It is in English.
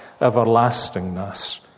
everlastingness